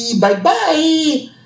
Bye-bye